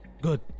Good